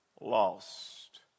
lost